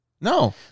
No